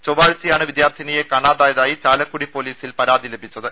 ചൊവ്വാഴ്ചയാണ് വിദ്യാർതിനിയെ കാണാതായതായി ചാലക്കുടി പോലീസിൽ പരാതി ലഭിച്ചത്